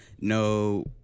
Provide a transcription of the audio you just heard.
no